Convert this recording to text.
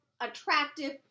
attractive